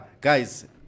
Guys